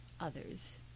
others